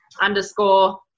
Underscore